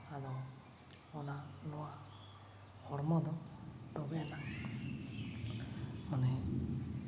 ᱟᱫᱚ ᱚᱱᱟ ᱱᱚᱣᱟ ᱦᱚᱲᱢᱚ ᱫᱚ ᱛᱚᱵᱮᱭᱟᱱᱟ ᱢᱟᱱᱮ